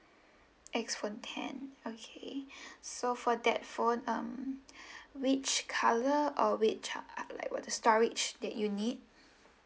X phone ten okay so for that phone um which colour or which uh uh like what the storage that you need